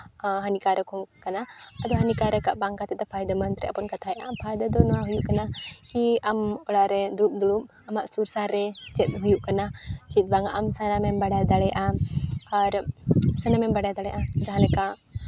ᱦᱟᱹᱱᱤ ᱠᱟᱱᱟ ᱟᱫᱚ ᱦᱟᱹᱱᱤ ᱠᱟᱨᱚᱠᱟᱜ ᱵᱟᱝ ᱠᱷᱟᱹᱛᱤᱨ ᱛᱮ ᱵᱚᱱ ᱠᱟᱛᱷᱟᱭᱮᱜᱼᱟ ᱯᱷᱟᱭᱫᱟ ᱫᱚ ᱱᱚᱣᱟ ᱦᱩᱭᱩᱜ ᱠᱟᱱᱟ ᱠᱤ ᱟᱢ ᱚᱲᱟᱜ ᱨᱮ ᱫᱩᱲᱩᱵ ᱫᱩᱲᱩᱵ ᱟᱢᱟᱜ ᱥᱚᱝᱥᱟᱨ ᱨᱮ ᱪᱮᱫ ᱦᱩᱭᱩᱜ ᱠᱟᱱᱟ ᱪᱮᱫ ᱵᱟᱝ ᱟᱢ ᱥᱟᱱᱟᱢ ᱮᱢ ᱵᱟᱰᱟᱭ ᱫᱟᱲᱮᱭᱟᱜᱼᱟ ᱟᱨ ᱥᱟᱱᱟᱢᱮᱢ ᱵᱟᱰᱟᱭ ᱫᱟᱲᱮᱭᱟᱜᱼᱟ ᱡᱟᱦᱟᱸ ᱞᱮᱠ